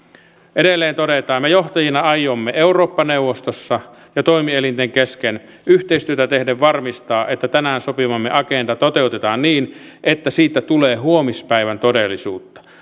edelleen todetaan me johtajina aiomme eurooppa neuvostossa ja toimielinten kesken yhteistyötä tehden varmistaa että tänään sopimamme agenda toteutetaan niin että siitä tulee huomispäivän todellisuutta